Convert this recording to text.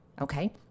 Okay